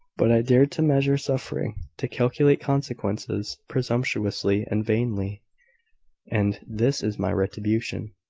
but i dared to measure suffering to calculate consequences presumptuously and vainly and this is my retribution.